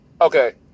Okay